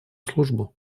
службу